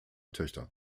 töchter